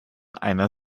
einer